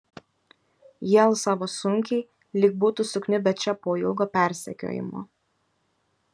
jie alsavo sunkiai lyg būtų sukniubę čia po ilgo persekiojimo